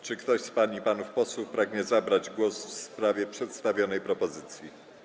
Czy ktoś z pań i panów posłów pragnie zabrać głos w sprawie przedstawionej propozycji?